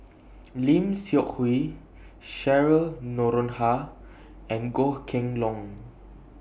Lim Seok Hui Cheryl Noronha and Goh Kheng Long